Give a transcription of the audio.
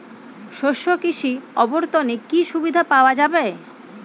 শস্য কৃষি অবর্তনে কি সুবিধা পাওয়া যাবে?